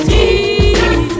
Jesus